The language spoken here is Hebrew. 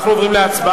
אנחנו עוברים להצבעה.